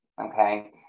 Okay